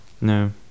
No